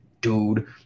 dude